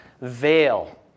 veil